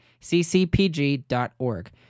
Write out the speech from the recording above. ccpg.org